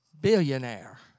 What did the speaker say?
billionaire